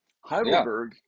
Heidelberg